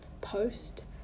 post